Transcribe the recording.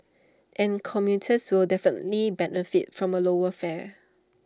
and commuters will definitely benefit from A lower fare